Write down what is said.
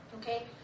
Okay